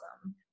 awesome